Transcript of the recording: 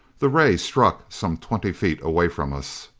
the ray struck some twenty feet away from us.